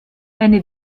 eine